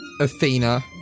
Athena